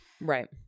right